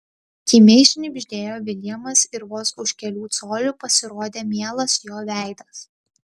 kimiai šnibžtelėjo viljamas ir vos už kelių colių pasirodė mielas jo veidas